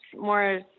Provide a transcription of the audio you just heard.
more